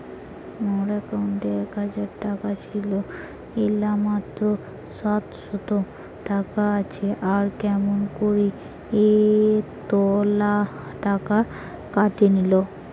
মোর একাউন্টত এক হাজার টাকা ছিল এলা মাত্র সাতশত টাকা আসে আর কেমন করি এতলা টাকা কাটি নিল?